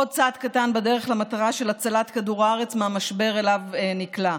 עוד צעד קטן בדרך למטרה של הצלת כדור הארץ מהמשבר שאליו נקלע.